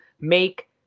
make